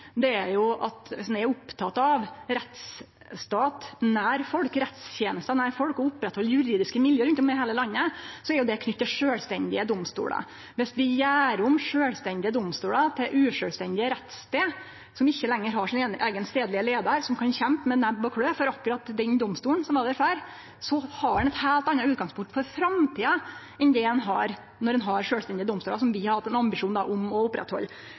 er at om ein er oppteken av rettsstat og rettstenester nær folk og å oppretthalde juridiske miljø i heile landet, er det knytt til sjølvstendige domstolar. Om vi gjer om sjølvstendige domstolar til usjølvstendige rettsstader, som ikkje lenger har sin eigen stadlege leiar som kan kjempe med nebb og klør for akkurat den domstolen som var der før, har ein eit heilt anna utgangspunkt for framtida enn det ein har når ein har sjølvstendige domstolar, som vi har hatt ein ambisjon om å oppretthalde.